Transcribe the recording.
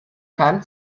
keinem